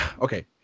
Okay